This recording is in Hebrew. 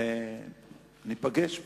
וניפגש פה.